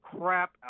crap